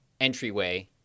entryway